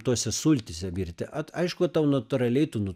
tose sultyse virti at aišku tau natūraliai tu nu